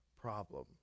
problem